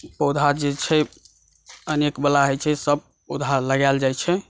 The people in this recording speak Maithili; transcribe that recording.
पौधा जे छै अनेक वला होइ छै सभ पौधा लगायल जाइ छै